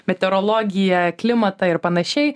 meteorologiją klimatą ir panašiai